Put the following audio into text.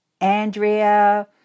Andrea